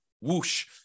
whoosh